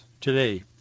today